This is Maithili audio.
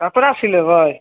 कपड़ा सिलेबै